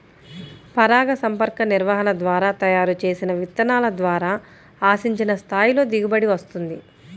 పరాగసంపర్క నిర్వహణ ద్వారా తయారు చేసిన విత్తనాల ద్వారా ఆశించిన స్థాయిలో దిగుబడి వస్తుంది